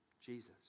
Jesus